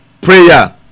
prayer